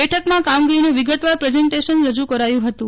બેઠકમાં કામગીરીનું વિગતવાર પ્રેઝન્ટેશન રજૂ કરાયું હતું